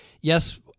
yes